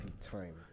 time